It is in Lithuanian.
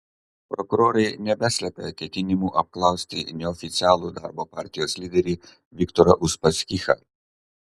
prokurorai nebeslepia ketinimų apklausti neoficialų darbo partijos lyderį viktorą uspaskichą